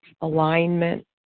alignment